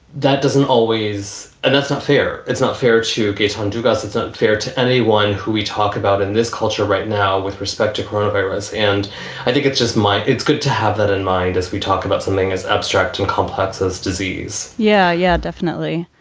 that doesn't always and that's not fair. it's not fair to get him um to guess it's unfair to anyone who we talk about in this culture right now with respect to coronavirus. and i think it's just my it's good to have that in mind as we talk about something as abstract and complex as disease yeah, yeah, definitely.